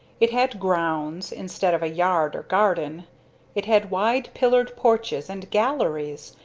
it had grounds, instead of a yard or garden it had wide pillared porches and galleries,